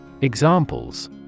Examples